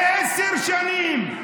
עיסאווי,